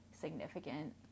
significant